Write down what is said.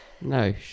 No